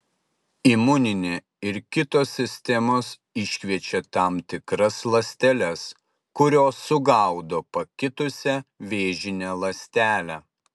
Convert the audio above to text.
imuninė ir kitos sistemos iškviečia tam tikras ląsteles kurios sugaudo pakitusią vėžinę ląstelę